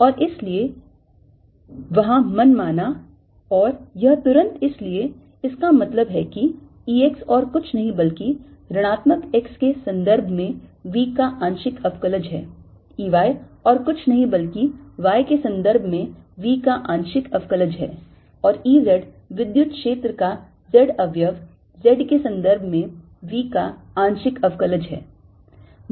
और इसलिए तो वहाँ मनमाना और यह तुरंत इसलिए इसका मतलब है कि E x और कुछ नहीं बल्कि ऋणात्मक x के सन्दर्भ में v का आंशिक अवकलज है E y और कुछ नहीं बल्कि y के सन्दर्भ में v का आंशिक अवकलज है और E z विद्युत क्षेत्र का z अवयव z के सन्दर्भ में v का आंशिक अवकलज है